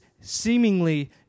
seemingly